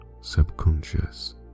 subconscious